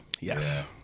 Yes